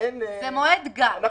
זה מועד גג.